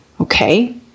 okay